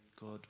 God